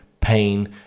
pain